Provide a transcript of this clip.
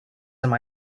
some